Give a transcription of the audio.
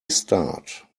start